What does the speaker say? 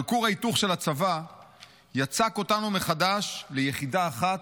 אבל כור ההיתוך של הצבא יצק אותנו מחדש ליחידה אחת,